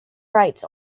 rights